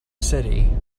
city